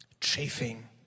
chafing